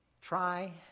Try